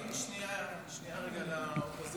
הלכתי שנייה לאופוזיציה.